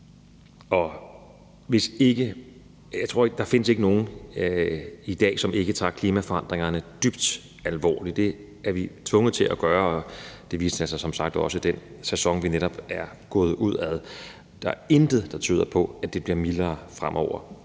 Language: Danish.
og private. Jeg tror ikke, at der findes nogen i dag, som ikke tager klimaforandringerne dybt alvorligt. Det er vi tvunget til at gøre, og det viste som sagt også den sæson, vi netop er gået ud af. Der er intet, der tyder på, at det bliver mildere fremover.